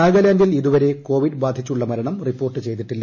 നാഗാലാന്റിൽ ഇതുവരെ കോവിഡ് ബാധിച്ചുള്ള മരണം റിപ്പോർട്ട് ചെയ്തിട്ടില്ല